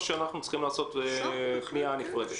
או שאנחנו צריכים לעשות פנייה נפרדת?